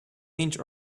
inch